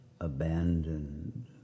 abandoned